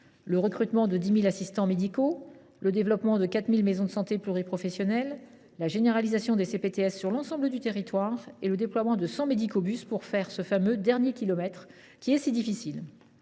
le recrutement de 10 000 assistants médicaux ; le développement de 4 000 maisons de santé pluriprofessionnelles ; la généralisation des CPTS sur l’ensemble du territoire ; le déploiement de 100 médicobus pour parcourir ce fameux dernier kilomètre, qui est si difficile.